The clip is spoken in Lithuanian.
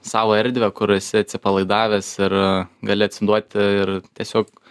savo erdvę kur esi atsipalaidavęs ir gali atsiduoti ir tiesiog